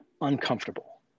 uncomfortable